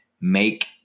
make